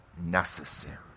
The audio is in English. necessary